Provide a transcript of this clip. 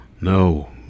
No